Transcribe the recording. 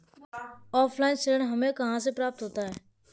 Offline ऋण हमें कहां से प्राप्त होता है?